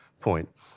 point